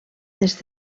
des